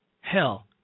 Hell